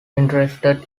interested